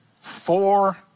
four